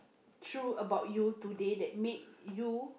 true about you today that make you